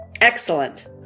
Excellent